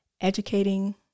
educating